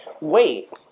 wait